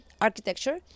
architecture